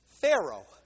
Pharaoh